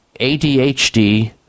ADHD